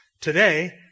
Today